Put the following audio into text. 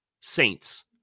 Saints